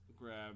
grab